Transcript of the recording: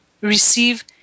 receive